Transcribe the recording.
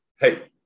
Hey